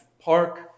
Park